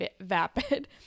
vapid